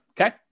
Okay